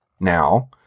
now